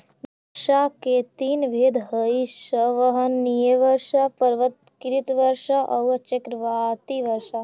वर्षा के तीन भेद हई संवहनीय वर्षा, पर्वतकृत वर्षा औउर चक्रवाती वर्षा